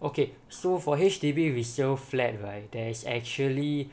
okay so for H_D_B resale flat right there is actually